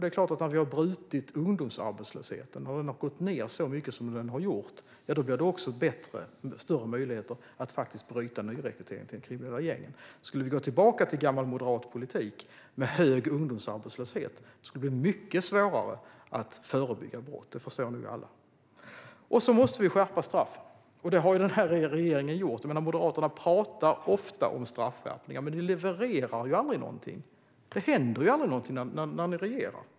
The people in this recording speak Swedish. Det är klart att när vi har brutit ungdomsarbetslösheten och den har gått ned så mycket som den har gjort blir möjligheterna att faktiskt bryta nyrekryteringen till de kriminella gängen också bättre. Skulle vi gå tillbaka till gammal moderat politik med hög ungdomsarbetslöshet skulle det bli mycket svårare att förebygga brott. Det förstår vi alla. Vi måste också skärpa straffen, och det har den här regeringen gjort. Moderaterna pratar ofta om straffskärpningar, men ni levererar aldrig någonting. Det händer aldrig någonting när ni regerar.